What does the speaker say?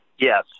Yes